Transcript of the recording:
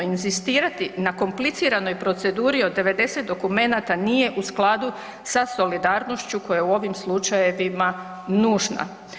Inzistirati na kompliciranoj proceduri od 90 dokumenta nije u skladu sa solidarnošću koja je u ovim slučajevima nužna.